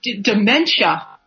dementia